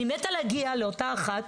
אני משתוקקת להגיע לאותה אחת,